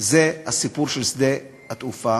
זה הסיפור של שדה התעופה